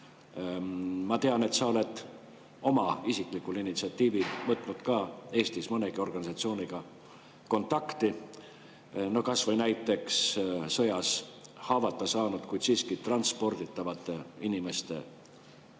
Ma tean, et sa oled oma isiklikul initsiatiivil Eestis mõnegi organisatsiooniga kontakti võtnud. No näiteks sõjas haavata saanud, kuid siiski transporditavate inimeste